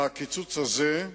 והקיצוץ הזה,